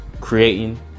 creating